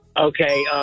Okay